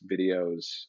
videos